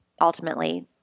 ultimately